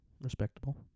Respectable